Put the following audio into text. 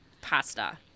pasta